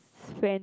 friends